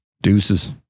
Deuces